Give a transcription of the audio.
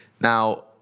Now